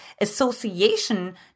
association